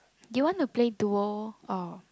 you want to play duo or